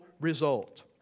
result